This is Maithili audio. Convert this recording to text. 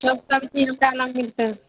सब सबजी हमरालग मिलतै